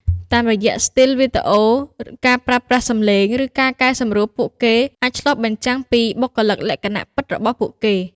តាមរយៈស្ទីលវីដេអូ ការប្រើប្រាស់សំឡេង ឬការកែសម្រួល ពួកគេអាចឆ្លុះបញ្ចាំងពីបុគ្គលិកលក្ខណៈពិតរបស់ពួកគេ។